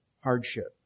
hardship